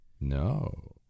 No